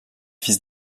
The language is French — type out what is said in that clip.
fils